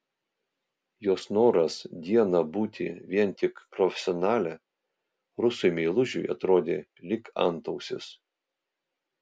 jos noras dieną būti vien tik profesionale rusui meilužiui atrodė lyg antausis